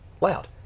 loud